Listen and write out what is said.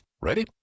Ready